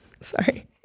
sorry